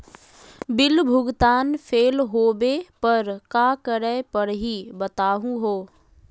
Bill भुगतान fail होवे पर का करै परही, बताहु हो?